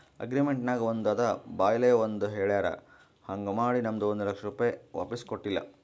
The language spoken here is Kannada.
ಅಗ್ರಿಮೆಂಟ್ ನಾಗ್ ಒಂದ್ ಅದ ಬಾಯ್ಲೆ ಒಂದ್ ಹೆಳ್ಯಾರ್ ಹಾಂಗ್ ಮಾಡಿ ನಮ್ದು ಒಂದ್ ಲಕ್ಷ ರೂಪೆ ವಾಪಿಸ್ ಕೊಟ್ಟಿಲ್ಲ